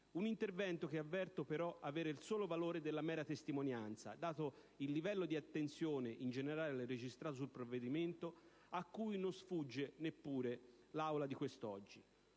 un intervento che avverto però avere il solo valore della mera testimonianza, dato il livello di attenzione in generale registrato sul provvedimento, cui oggi non sfugge neppure l'Assemblea.